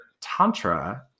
Tantra